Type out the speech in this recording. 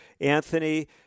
Anthony